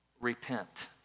Repent